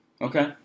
Okay